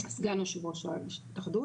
סגן יו"ר ההתאחדות,